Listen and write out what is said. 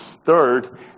Third